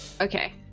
Okay